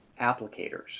applicators